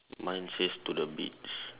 mine says to the beach